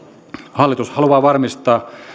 hallitus haluaa varmistaa